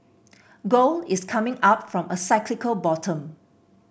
gold is coming up from a cyclical bottom